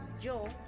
yo